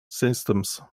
systems